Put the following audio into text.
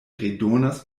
redonas